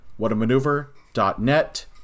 Whatamaneuver.net